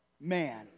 man